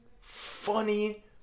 funny